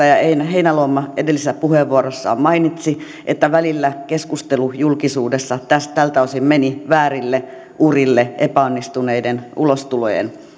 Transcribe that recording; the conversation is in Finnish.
heinäluoma edellisessä puheenvuorossaan mainitsi että välillä keskustelu julkisuudessa tältä osin meni väärille urille epäonnistuneiden ulostulojen